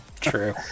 true